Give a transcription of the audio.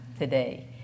today